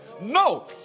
no